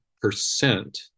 percent